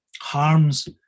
harms